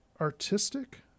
artistic